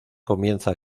comienza